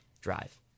drive